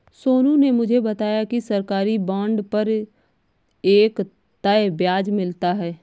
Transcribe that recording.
सोनू ने मुझे बताया कि सरकारी बॉन्ड पर एक तय ब्याज मिलता है